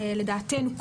לדעתנו,